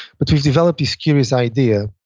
but we develop this curious idea